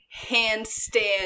handstand